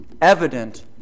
evident